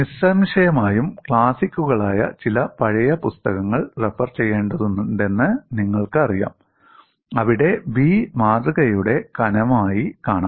നിസ്സംശയമായും ക്ലാസിക്കുകളായ ചില പഴയ പുസ്തകങ്ങൾ റഫർ ചെയ്യേണ്ടതുണ്ടെന്ന് നിങ്ങൾക്കറിയാം അവിടെ 'B' മാതൃകയുടെ കനമായി കാണാം